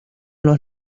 los